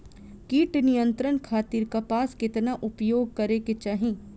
कीट नियंत्रण खातिर कपास केतना उपयोग करे के चाहीं?